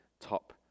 top